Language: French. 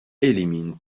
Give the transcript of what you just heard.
élimine